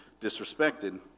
disrespected